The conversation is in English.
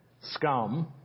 Scum